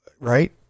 right